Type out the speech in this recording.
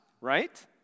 right